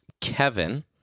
Kevin